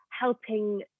helping